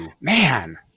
man